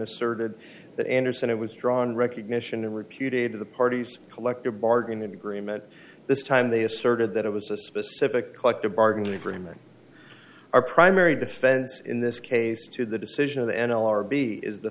asserted that anderson it was drawn recognition repudiated the party's collective bargaining agreement this time they asserted that it was a specific collective bargaining agreement our primary defense in this case to the decision of the n l r b is the